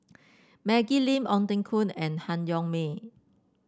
Maggie Lim Ong Teng Koon and Han Yong May